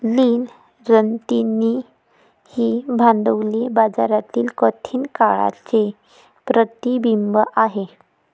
लीन रणनीती ही भांडवली बाजारातील कठीण काळाचे प्रतिबिंब आहे